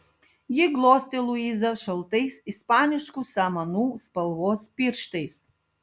ji glostė luizą šaltais ispaniškų samanų spalvos pirštais